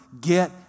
get